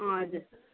हजुर